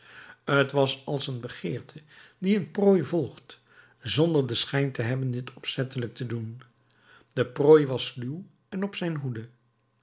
t was als een begeerte die een prooi vervolgt zonder den schijn te hebben dit opzettelijk te doen de prooi was sluw en op zijn hoede